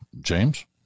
James